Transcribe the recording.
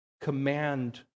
command